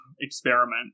experiment